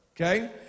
Okay